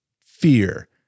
fear